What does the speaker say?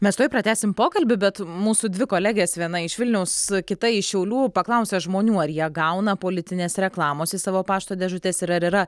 mes tuoj pratęsim pokalbį bet mūsų dvi kolegės viena iš vilniaus kita iš šiaulių paklausė žmonių ar jie gauna politinės reklamos į savo pašto dėžutes ir ar yra